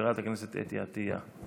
חברת הכנסת אתי עטייה,